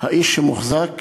האיש שמוחזק